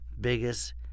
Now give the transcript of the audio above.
biggest